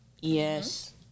Yes